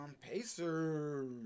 Pacers